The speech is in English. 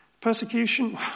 Persecution